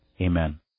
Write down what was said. Amen